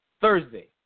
Thursday